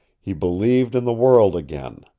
he believed in the world again.